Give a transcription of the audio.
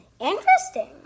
Interesting